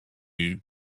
you